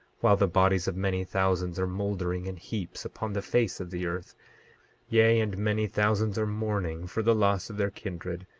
while the bodies of many thousands are moldering in heaps upon the face of the earth yea, and many thousands are mourning for the loss of their kindred,